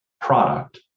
product